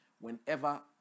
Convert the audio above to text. whenever